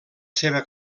seva